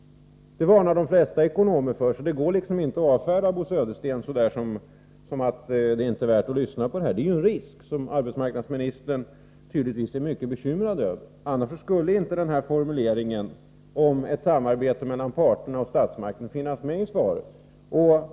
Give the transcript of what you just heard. Det tycker de flesta ekonomer också. Det går inte att avfärda Bo Söderstens uttalande genom att säga att det inte är värt att lyssna på honom. Det är en risk som arbetsmarknadsministern tydligen är mycket bekymrad över. Annars skulle inte formuleringen om ett samarbete mellan parterna och statsmakterna finnas med i svaret.